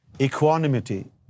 equanimity